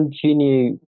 continue